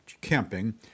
camping